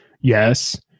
Yes